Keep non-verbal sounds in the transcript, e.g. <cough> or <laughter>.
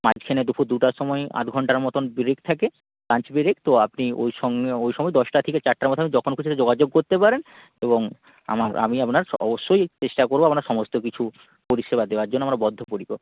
মাঝখানে দুপুর দুটার সময়ে আধ ঘণ্টার মতন ব্রেক থাকে লাঞ্চ ব্রেক তো আপনি ওই সঙ্গে ওই সময় দশটা থেকে চারটার মধ্যে <unintelligible> যখন খুশি এসে যোগাযোগ করতে পারেন এবং আমার আমি আপনার স অবশ্যই চেষ্টা করব আপনার সমস্ত কিছু পরিষেবা দেওয়ার জন্য আমরা বদ্ধপরিকর